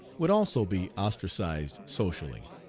would also be ostracized socially.